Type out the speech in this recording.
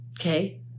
okay